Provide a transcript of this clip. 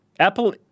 Apple